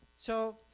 so